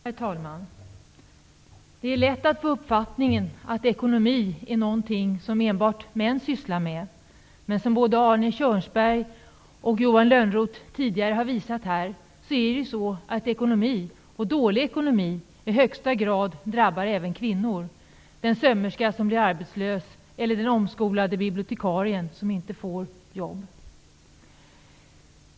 Herr talman! Det är lätt att få uppfattningen att ekonomi är någonting som enbart män sysslar med. Men som både Arne Kjörnsberg och Johan Lönnroth tidigare har visat drabbar dålig ekonomi i högsta grad även kvinnor; den sömmerska som blir arbetslös eller den omskolade bibliotekarien som inte får jobb.